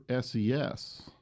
SES